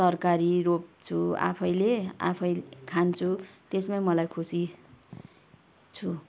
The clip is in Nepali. तरकारी रोप्छु आफैले आफै खान्छु त्यसमै मलाई खुसी छु